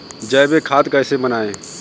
जैविक खाद कैसे बनाएँ?